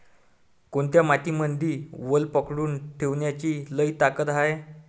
कोनत्या मातीमंदी वल पकडून ठेवण्याची लई ताकद हाये?